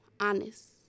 honest